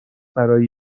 برای